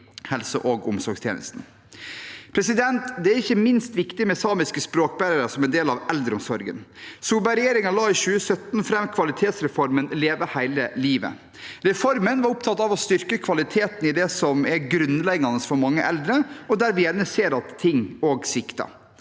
helse- og omsorgstjenesten. Det er ikke minst viktig med samiske språkbærere som en del av eldreomsorgen. Solberg-regjeringen la i 2017 fram kvalitetsreformen Leve hele livet. Reformen var opptatt av å styrke kvaliteten i det som er grunnleggende for mange eldre, og der vi gjerne ser at ting svikter: